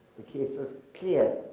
the case was clear.